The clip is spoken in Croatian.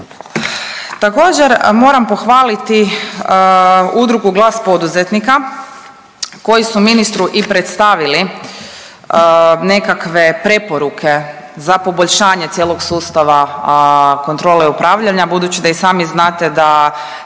Također, moram pohvaliti udrugu Glas poduzetnika koji su ministru i predstavili nekakve preporuke za poboljšanje cijelog sustava kontrole i upravljanja, budući da i sami znate da